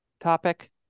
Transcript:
topic